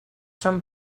són